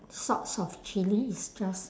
sorts of chilli is just